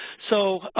so,